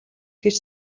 хийж